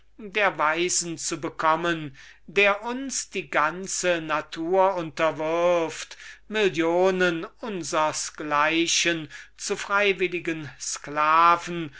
der weisen zu bekommen der uns die ganze natur unterwirft der millionen von unsers gleichen zu freiwilligen sklaven